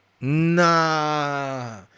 Nah